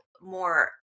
more